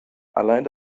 allein